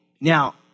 Now